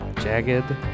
Jagged